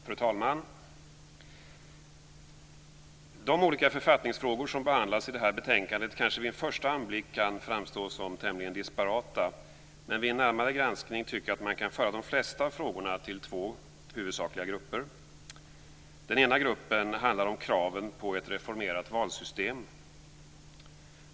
Fru talman! De olika författningsfrågor som behandlas i detta betänkande kanske vid en första anblick kan framstå som tämligen disparata, men vid en närmare granskning kan man föra de flesta frågorna till två huvudsakliga grupper. Den ena gruppen handlar om kraven på ett reformerat valsystem.